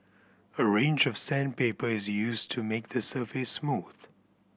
a range of sandpaper is used to make the surface smooth